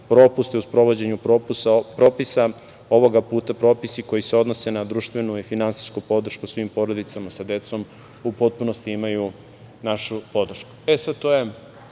propust u sprovođenju propisa ovoga puta propisi koji se odnose na društvenu i finansijsku podršku svim porodicama sa decom u potpunosti imaju našu podršku.E,